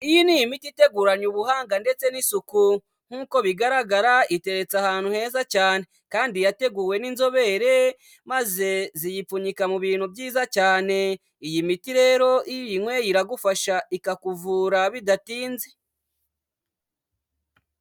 Iyi ni imiti iteguranye ubuhanga ndetse n'isuku, nk'uko bigaragara iteretse ahantu heza cyane kandi yateguwe n'inzobere maze ziyipfunyika mu bintu byiza cyane, iyi miti rero iyo uyinyweye iragufasha ikakuvura bidatinze.